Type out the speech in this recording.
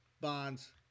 Bonds